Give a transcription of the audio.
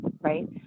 right